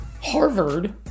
harvard